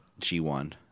G1